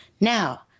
Now